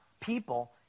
people